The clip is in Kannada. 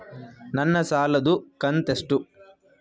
ನನ್ನ ಸಾಲದು ಕಂತ್ಯಷ್ಟು?